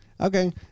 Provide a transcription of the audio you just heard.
Okay